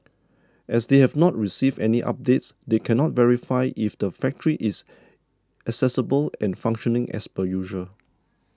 as they have not received any updates they cannot verify if the factory is accessible and functioning as per usual